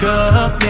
up